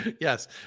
Yes